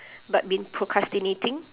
but been procrastinating